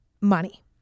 money